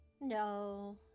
No